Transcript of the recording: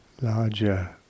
larger